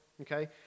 okay